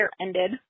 ended